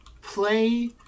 play